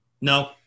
No